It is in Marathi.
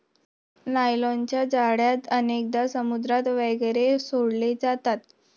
नायलॉनच्या जाळ्या अनेकदा समुद्रात वगैरे सोडले जातात